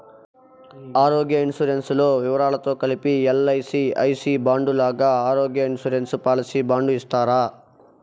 ఆరోగ్య ఇన్సూరెన్సు లో వివరాలతో కలిపి ఎల్.ఐ.సి ఐ సి బాండు లాగా ఆరోగ్య ఇన్సూరెన్సు పాలసీ బాండు ఇస్తారా?